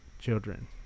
children